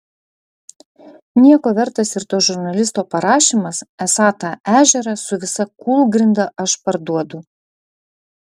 nieko vertas ir to žurnalisto parašymas esą tą ežerą su visa kūlgrinda aš parduodu